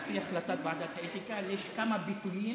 על פי החלטת ועדת האתיקה יש כמה ביטויים